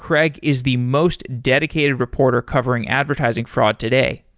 craig is the most dedicated reporter covering advertising fraud today.